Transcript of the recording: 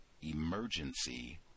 Emergency